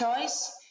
choice